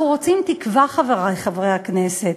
אנחנו רוצים תקווה, חברי חברי הכנסת.